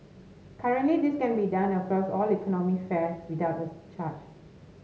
currently this can be done across all economy fares without a charge